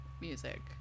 music